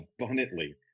abundantly